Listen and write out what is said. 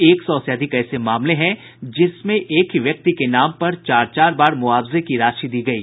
एक सौ से अधिक ऐसे मामले हैं जिसमें एक ही व्यक्ति के नाम पर चार चार बार मुआवजे की राशि दी गयी